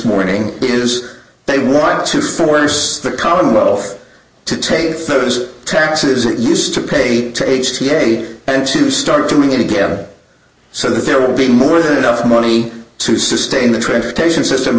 morning is they want to force the commonwealth to take third those taxes it used to pay to eighty eight and to start doing it again so that there will be more than enough money to sustain the transportation system